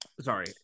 Sorry